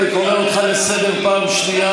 אדם שמבזה את הכנסת באופן שיטתי,